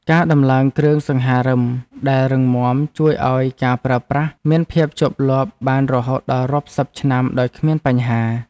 ការដំឡើងគ្រឿងសង្ហារិមដែលរឹងមាំជួយឱ្យការប្រើប្រាស់មានភាពជាប់លាប់បានរហូតដល់រាប់សិបឆ្នាំដោយគ្មានបញ្ហា។